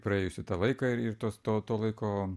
praėjusį tą laiką ir tos to laiko